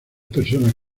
personas